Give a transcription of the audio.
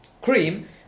cream